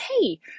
Hey